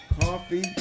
coffee